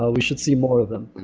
ah we should see more of them.